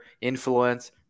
influence